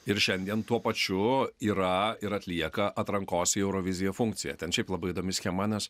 ir šiandien tuo pačiu yra ir atlieka atrankos į euroviziją funkciją ten šiaip labai įdomi schema nes